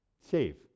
Save